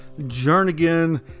Jernigan